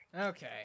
Okay